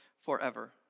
forever